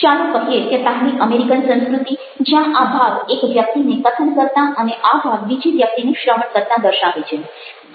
ચાલો કહીએ કે પહેલી અમેરિકન સંસ્કૃતિ જ્યાં આ ભાગ એક વ્યક્તિને કથન કરતાં અને આ ભાગ બીજી વ્યક્તિને શ્રવણ કરતા દર્શાવે છે